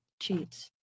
cheats